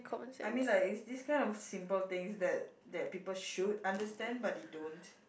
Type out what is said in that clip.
I mean like is this kind of simple things that that people should understand but they don't